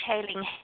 detailing